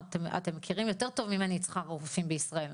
אתם מכירים יותר טוב ממני את שכר הרופאים בישראל.